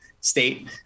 state